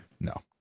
No